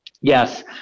Yes